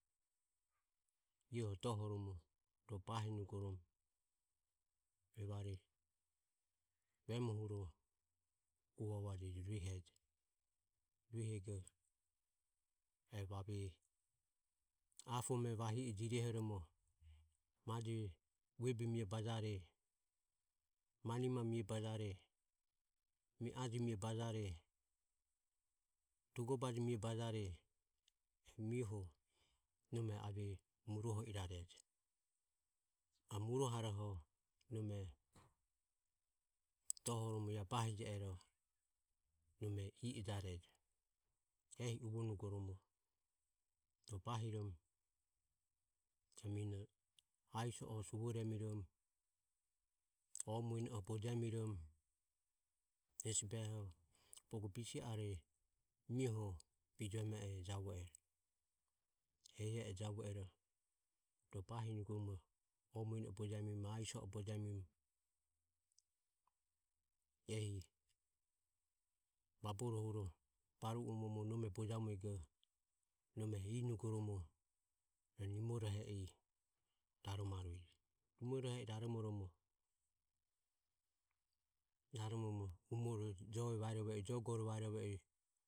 Ioho dohoromo ro bahiromo evare memohuro uvavuajeje ruehejo. Ruehego e ave apome vahi e jirehoromo maje vuebe mie bajare manimae mie bajare mi aje mie bajare tugobaje mie bajare e mioho nome ave muruoho irarejo. Ave muruoharoho nome dohoromo bahije ero nome i i jarejo. Ehi uvonugoromo ro bahiromo ia mine aiso e suvoremiromo o mueno e bojemiromo ehesi behoho bogo bise are mioho bijueme e javue ero. Ehi e e javue ero ro bahinugoromo o muene bojemiromo aiso o bojemiromo ehi vaboro huro baru omo omo nome bojamuego nome e inugorom nimorohe i raromarueje. Nimorohe i raromoromo, raromoromo umore jo varove i jogore vaerove i